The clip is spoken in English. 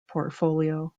portfolio